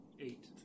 Eight